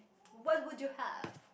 what would you have